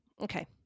Okay